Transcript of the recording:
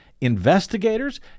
investigators